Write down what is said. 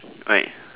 right